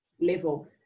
level